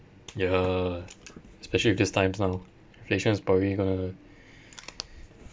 ya especially with this times now inflation is probably gonna